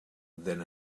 than